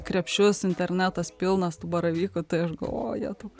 krepšius internetas pilnas tų baravykų tai aš galvoju jetau